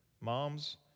Moms